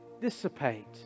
dissipate